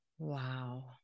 Wow